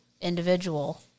individual